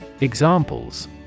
Examples